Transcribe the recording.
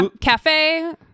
Cafe